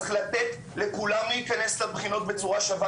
צריך לתת לכולם להיכנס לבחינות בצורה שווה